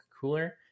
cooler